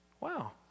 Wow